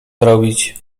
zrobić